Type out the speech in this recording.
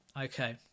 Okay